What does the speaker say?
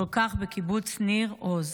כל כך, בקיבוץ ניר עוז.